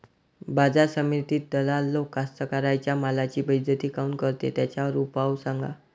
बाजार समितीत दलाल लोक कास्ताकाराच्या मालाची बेइज्जती काऊन करते? त्याच्यावर उपाव सांगा